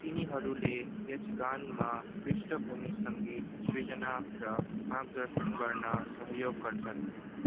तिनीहरूले यक्षगानमा पृष्ठभूमि सङ्गीत सिर्जना र मार्गदर्शन गर्न सहयोग गर्छन्